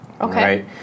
Okay